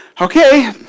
okay